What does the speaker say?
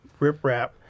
riprap